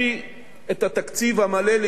את התקציב המלא לאישור הממשלה.